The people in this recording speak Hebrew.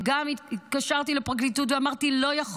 וגם התקשרתי לפרקליטות ואמרתי: לא יכול